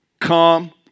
Come